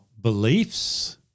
beliefs